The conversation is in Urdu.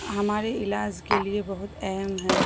ہمارے علاج کے لیے بہت اہم ہیں